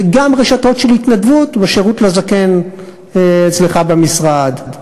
וגם רשתות של התנדבות, בשירות לזקן, אצלך במשרד,